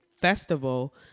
festival